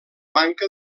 manca